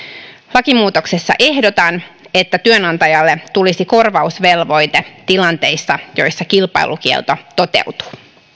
lakimuutoksessa ehdotan että työnantajalle tulisi korvausvelvoite tilanteissa joissa kilpailukielto toteutuu